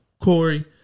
Corey